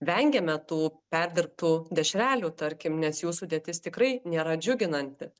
vengiame tų perdirbtų dešrelių tarkim nes jų sudėtis tikrai nėra džiuginanti